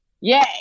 yay